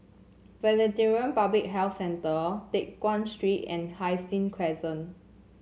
Veterinary Public Health Centre Teck Guan Street and Hai Sing Crescent